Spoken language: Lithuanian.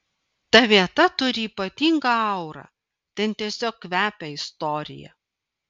ta vieta turi ypatingą aurą ten tiesiog kvepia istorija